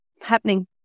happening